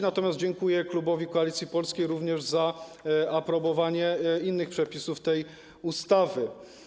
Natomiast dziękuję klubowi Koalicji Polskiej również za aprobowanie innych przepisów tej ustawy.